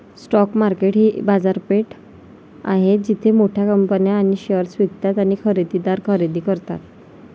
stock market ही एक बाजारपेठ आहे जिथे मोठ्या कंपन्या त्यांचे शेअर्स विकतात आणि खरेदीदार खरेदी करतात